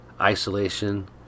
Isolation